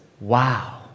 wow